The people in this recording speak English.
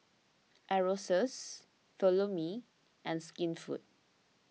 Aerosoles Follow Me and Skinfood